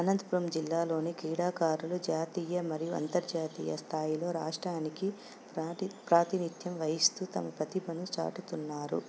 అనంతపురం జిల్లాలోని క్రీడాకారులు జాతీయ మరియు అంతర్జాతీయ స్థాయిలో రాష్ట్రానికి ప్రాటి ప్రాతినిత్యం వహిస్తూ తమ ప్రతిభను చాటుతున్నారు